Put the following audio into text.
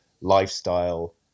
lifestyle